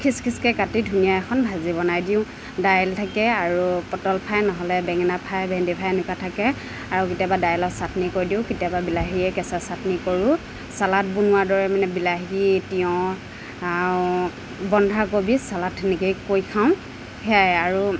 খিছ খিছকৈ কাটি ধুনীয়া এখন ভাজি বনাই দিওঁ ডাইল থাকে আৰু পটল ফ্ৰাই নহ'লে বেঙেনা ফ্ৰাই ভেণ্ডি ফ্ৰাই এনেকুৱা থাকে আৰু কেতিয়াবা ডাইলৰ চাটনি কৰি দিওঁ কেতিয়াবা বিলাহীয়ে কেঁচা চাটনি কৰোঁ চালাদ বনোৱা দৰে মানে বিলাহী তিঁয়হ আৰু বন্ধাকবি চালাদ সেনেকৈয়ে কৰি খাওঁ সেয়াই আৰু